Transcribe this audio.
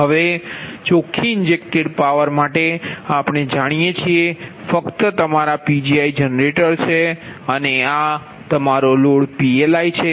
હવે ચોખ્ખી injected power આપણે જાણીએ છીએ કે એ ફક્ત તમારા Pgi જનરેટર છે અને આ તમારો લોડ PLi છે